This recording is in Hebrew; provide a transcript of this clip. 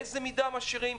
איזה מידע משאירים,